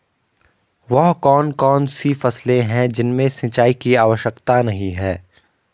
वह कौन कौन सी फसलें हैं जिनमें सिंचाई की आवश्यकता नहीं है?